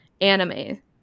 anime